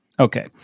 Okay